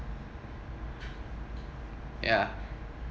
ya